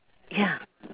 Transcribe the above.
ya